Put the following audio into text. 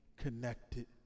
connected